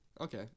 Okay